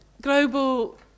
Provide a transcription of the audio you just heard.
global